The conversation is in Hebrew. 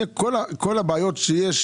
כל הבעיות שיש